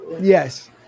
yes